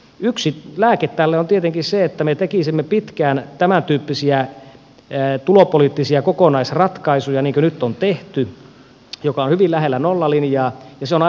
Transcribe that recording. yksi lääke tälle on tietenkin se että me tekisimme pitkään tämän tyyppisiä tulopoliittisia kokonaisratkaisuja niin kuin nyt on tehty joka on hyvin lähellä nollalinjaa ja se on aivan erinomainen ratkaisu ollut